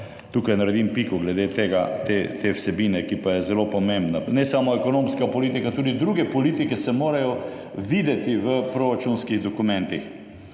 tukaj naredim piko glede te vsebine, ki pa je zelo pomembna. Ne samo ekonomska politika, tudi druge politike se morajo videti v proračunskih dokumentih.